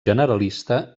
generalista